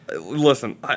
Listen